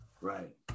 Right